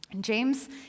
James